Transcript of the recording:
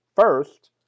first